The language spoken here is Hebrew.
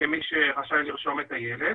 כמי שרשאי לרשום את הילד